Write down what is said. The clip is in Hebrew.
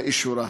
לאישורה.